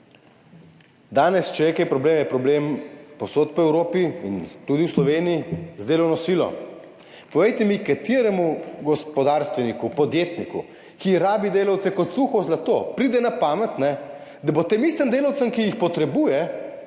danes, če je kje problem, je problem povsod po Evropi in tudi v Sloveniji, in sicer z delovno silo. Povejte mi, kateremu gospodarstveniku, podjetniku, ki potrebuje delavce kot suho zlato, pride na pamet, da bo tistim delavcem, ki jih potrebuje,